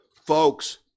Folks